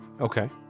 Okay